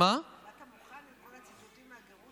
באת מוכן עם כל הציטוטים מהגירוש?